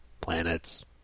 planets